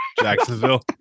Jacksonville